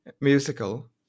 musical